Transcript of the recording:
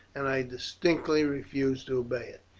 and i distinctly refuse to obey it.